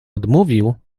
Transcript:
odmówił